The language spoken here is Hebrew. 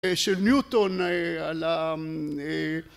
של ניוטון על ה..